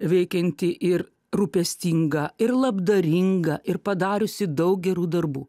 veikiantį ir rūpestingą ir labdaringą ir padariusį daug gerų darbų